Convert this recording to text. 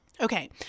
Okay